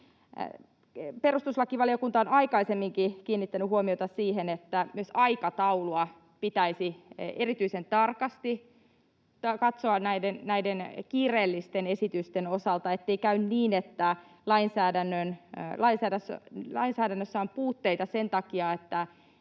Perustuslakivaliokunta on aikaisemminkin kiinnittänyt huomiota siihen, että myös aikataulua pitäisi erityisen tarkasti katsoa näiden kiireellisten esitysten osalta, ettei käy niin, että lainsäädännössä on puutteita sen takia,